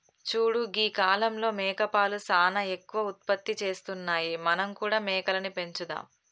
చూడు గీ కాలంలో మేకపాలు సానా ఎక్కువ ఉత్పత్తి చేస్తున్నాయి మనం కూడా మేకలని పెంచుదాం